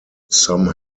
some